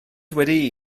wedi